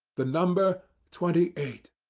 the number twenty eight.